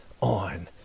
on